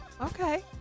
Okay